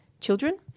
children